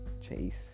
chase